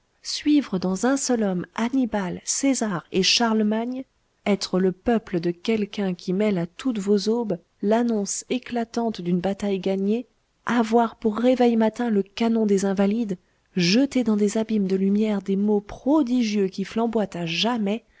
suivre dans un seul homme annibal césar et charlemagne être le peuple de quelqu'un qui mêle à toutes vos aubes l'annonce éclatante d'une bataille gagnée avoir pour réveille-matin le canon des invalides jeter dans des abîmes de lumière des mots prodigieux qui flamboient à jamais